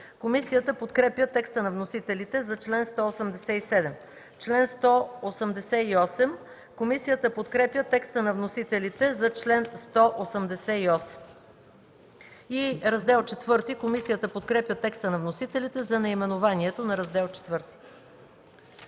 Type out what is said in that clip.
Комисията подкрепя текста на вносителите за чл. 187. Комисията подкрепя текста на вносителите за чл. 188. Комисията подкрепя текста на вносителите за наименованието на Раздел ІV.